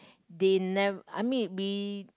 they nev~ I mean we